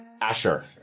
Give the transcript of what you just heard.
Asher